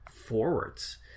forwards